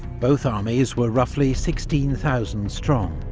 both armies were roughly sixteen thousand strong.